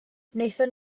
wnaethon